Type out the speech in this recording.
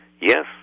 Yes